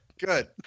Good